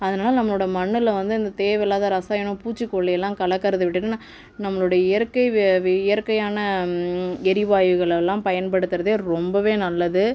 அதனால் நம்மளோடய மண்ணில் வந்து இந்த தேவை இல்லாத இரசாயனம் பூச்சிக்கொல்லிலாம் கலக்கிறது விட்டுட்டு ந நம்மளோடய இயற்கை வெ வி இயற்கையான எரிவாயுகளெல்லாம் பயன்படுத்துகிறதே ரொம்பவே நல்லது